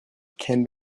can